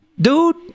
Dude